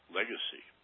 legacy